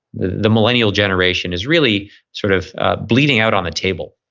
the the millennial generation is really sort of bleeding out on the table.